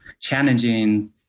challenging